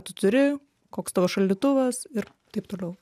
tu turi koks tavo šaldytuvas ir taip toliau